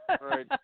right